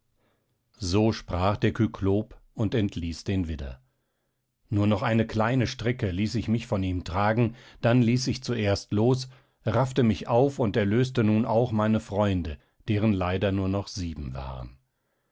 so sprach der kyklop und entließ den widder nur noch eine kleine strecke ließ ich mich von ihm tragen dann ließ ich zuerst los raffte mich auf und erlöste nun auch meine freunde deren leider nur noch sieben waren